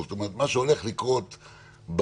אז אם לא אכפת לך,